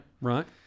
Right